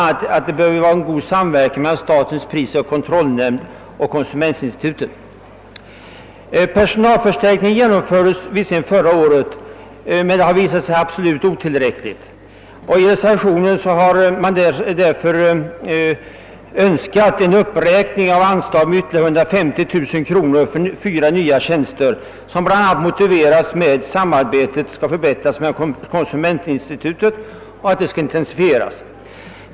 att man bör eftersträva en god samverkan mellan statens prisoch kartellnämnd och konsumentinstitutet. En personalförstärkning genomfördes visserligen förra året, men den har visat sig vara helt otillräcklig. I reservationen föreslås därför en uppräkning av anslaget med ytterligare 150 000 kronor för inrättande av fyra nya tjänster med bl.a. den motiveringen att samarbetet med konsumentinstitutet skall förbättras och intensifieras.